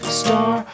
star